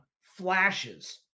flashes